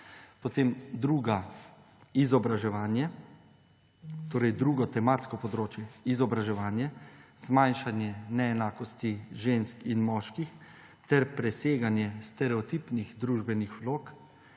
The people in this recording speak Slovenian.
moških. Drugo tematsko področje – izobraževanje, zmanjšanje neenakosti žensk in moških ter preseganje stereotipnih družbenih vlog.